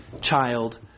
child